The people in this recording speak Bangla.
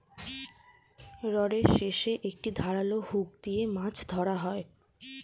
রডের শেষে একটি ধারালো হুক দিয়ে মাছ ধরা হয়